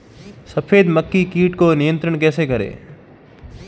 सफेद मक्खी कीट को नियंत्रण कैसे करें?